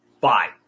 Bye